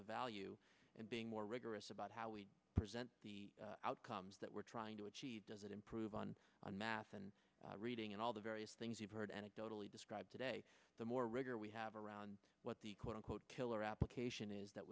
the value in being more rigorous about how we present the outcomes that we're trying to improve on math and reading and all the various things you've heard anecdotally describe today the more rigor we have around what the quote unquote killer application is that